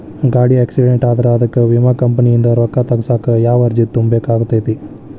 ಗಾಡಿ ಆಕ್ಸಿಡೆಂಟ್ ಆದ್ರ ಅದಕ ವಿಮಾ ಕಂಪನಿಯಿಂದ್ ರೊಕ್ಕಾ ತಗಸಾಕ್ ಯಾವ ಅರ್ಜಿ ತುಂಬೇಕ ಆಗತೈತಿ?